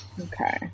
Okay